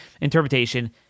interpretation